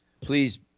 Please